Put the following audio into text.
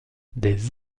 des